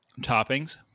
Toppings